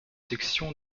section